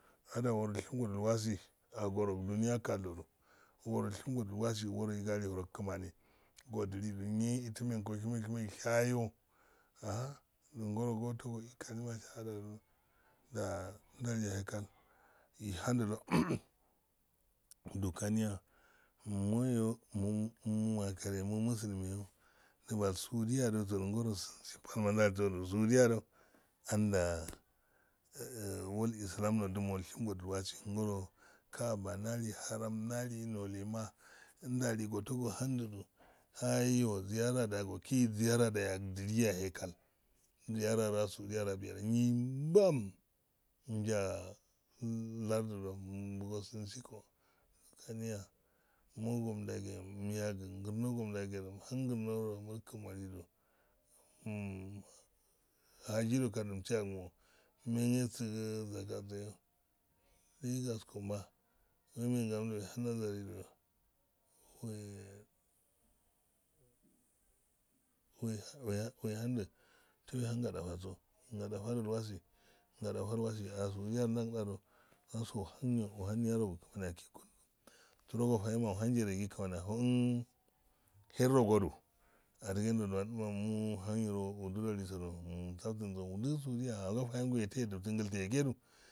Anda woroli shem godo ilwazi agoradiniya kaldo worolshem godu ilwasi waroigali woro kmani wodilidu nye iti menkoyo sheme shemyo ishayo aha goro gotigo kalil shahaladu ndaliya hekal ihandi do do kaniya m-moyomo- makariye mo mustimyeyo dibal sadiya mgoro ilsimji palmadiso sudiyado anda ujoliskum woduma ishem go do ilwasingoro kabandali hara mdali nolema ndali ohandu hai odizajara oquiziyen rada jli yahe kal ziyarado asudiya arabiya nyeimbam nja lardido kaniye mogo gomdageyo mya go ndaga mhhmm grinoro mulkinoli du mhaji kaldo msi angu m-m men esigi zaka tseyo ndai gasken we-we-wehendi tewchangadafasa ngadafe duwanso ohayo ohaniyarogu gin ohangeregi kmani ofoh herrogodu adigenglo down amma muhan yire modilolisodu nwaftinse mudi sudiya ofeifaegu etediftingite egedu,